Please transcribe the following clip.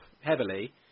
heavily